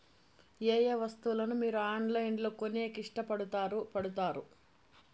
ఏయే వస్తువులను మీరు ఆన్లైన్ లో కొనేకి ఇష్టపడుతారు పడుతారు?